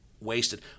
wasted